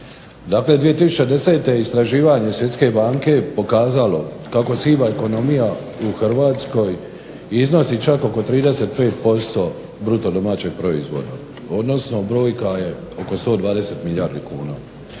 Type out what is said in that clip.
Dakle 2010. istraživanje Svjetske banke je pokazalo kako siva ekonomija u Hrvatskoj iznosi čak oko 35% BDP-a odnosno brojka je oko 120 milijardi kuna.